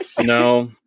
No